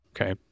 okay